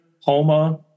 Homa